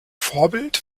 vorbild